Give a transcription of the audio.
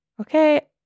Okay